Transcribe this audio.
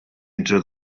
into